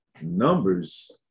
numbers